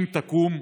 אם תקום,